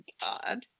God